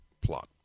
plot